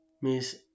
Miss